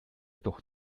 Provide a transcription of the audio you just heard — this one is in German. doch